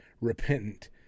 repentant